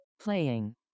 Playing